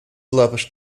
lavish